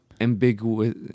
ambiguous